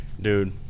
Dude